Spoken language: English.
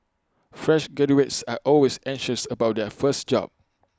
fresh graduates are always anxious about their first job